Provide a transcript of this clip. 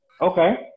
Okay